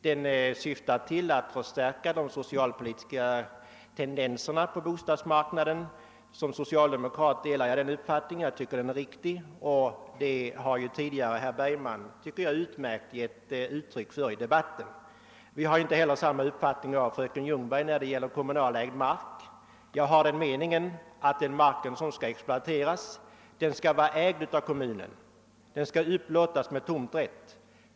Den syftar till att förstärka den socialpolitiska inriktningen på bostadsmarknaden. Som socialdemokrat tycker jag det är riktigt att göra på detta sätt; herr Bergman har tidigare på ett utmärkt sätt redovisat vår syn på frågan. Fröken Ljungberg och jag har inte heller samma uppfattning när det gäller kommunalägd mark. Jag anser att mark som skall exploateras skall vara ägd av kommunen och upplåtas med tomträtt.